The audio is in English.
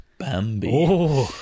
Bambi